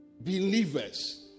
believers